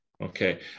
Okay